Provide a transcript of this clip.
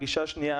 פגישה שנייה,